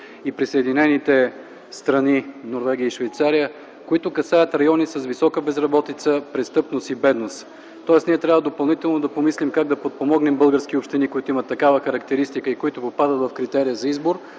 и присъединените страни – Норвегия и Швейцария, които касаят райони с висока безработица, престъпност и бедност. Ние трябва допълнително да помислим как да подпомогнем български общини, които имат такава характеристика и попадат в критерия за избор,